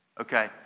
okay